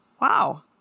wow